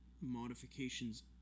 modifications